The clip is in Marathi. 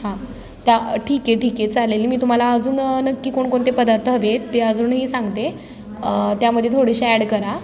हां त्या ठीक आहे ठीक आहे चालेल मी तुम्हाला अजून नक्की कोण कोणते पदार्थ हवे ते अजूनही सांगते त्यामध्ये थोडेसे ॲड करा